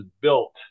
built